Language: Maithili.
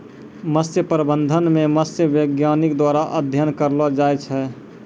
मत्स्य प्रबंधन मे मत्स्य बैज्ञानिक द्वारा अध्ययन करलो जाय छै